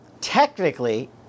technically